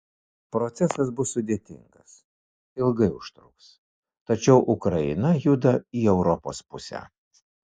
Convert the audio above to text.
procesas bus sudėtingas ilgai užtruks tačiau ukraina juda į europos pusę